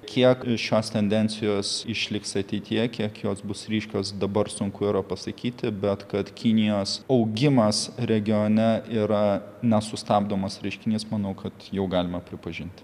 kiek šios tendencijos išliks ateityje kiek jos bus ryškios dabar sunku yra pasakyti bet kad kinijos augimas regione yra nesustabdomas reiškinys manau kad jau galima pripažinti